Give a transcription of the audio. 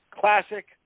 classic